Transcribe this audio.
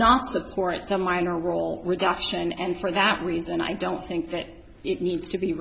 not support the minor role reduction and for that reason i don't think that it needs to be